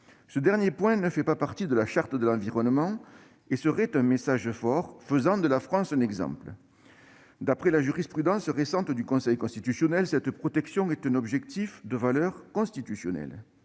Ce dernier point ne fait pas partie de la Charte de l'environnement. Ce serait un message fort, faisant de la France un exemple. D'après la jurisprudence récente du Conseil constitutionnel, cette protection est un objectif de valeur constitutionnelle.